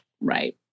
Right